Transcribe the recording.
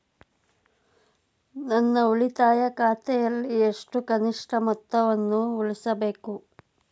ನನ್ನ ಉಳಿತಾಯ ಖಾತೆಯಲ್ಲಿ ಎಷ್ಟು ಕನಿಷ್ಠ ಮೊತ್ತವನ್ನು ಉಳಿಸಬೇಕು?